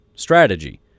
strategy